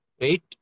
Wait